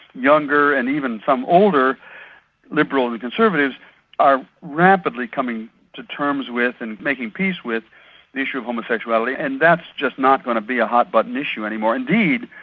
younger and even some older liberals and conservatives are rapidly coming to terms with and making peace with the issue of homosexuality, and that's just not going to be a hot-button issue anymore. indeed,